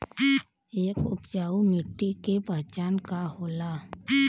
एक उपजाऊ मिट्टी के पहचान का होला?